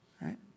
right